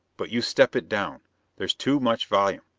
but you step it down there's too much volume.